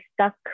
stuck